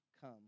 come